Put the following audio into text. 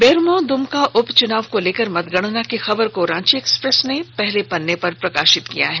बेरमो द्मका उपच्चनाव को लेकर मतगणना की खबर को रांची एक्सप्रेस ने पहले पन्ने पर प्रकाशित किया है